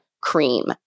cream